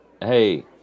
Hey